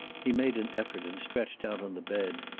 he made an effort and stretched out on the bed.